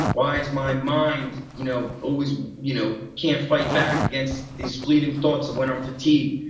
why is my mind you know always you know can't fight back against these fleeting thought when on fatigue?